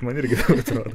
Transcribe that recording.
man irgi atrodo